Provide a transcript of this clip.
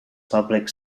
public